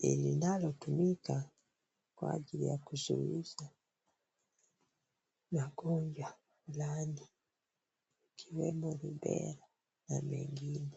yanayotumika kwa aili ya kusuluhisha magonjwa fulani ikiwemo rubele na mengine.